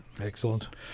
Excellent